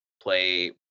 play